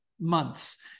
months